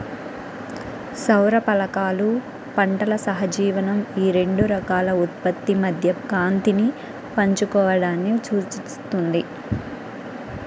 సౌర ఫలకాలు పంటల సహజీవనం ఈ రెండు రకాల ఉత్పత్తి మధ్య కాంతిని పంచుకోవడాన్ని సూచిస్తుంది